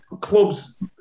Clubs